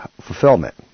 fulfillment